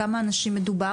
בכמה אנשים מדובר?